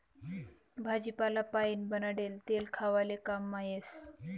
भाजीपाला पाइन बनाडेल तेल खावाले काममा येस